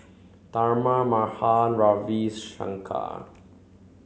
Tharman Mahan Ravi Shankar